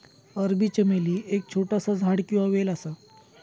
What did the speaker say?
अरबी चमेली एक छोटासा झाड किंवा वेल असा